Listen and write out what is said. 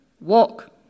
walk